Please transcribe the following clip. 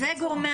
וגם גורמי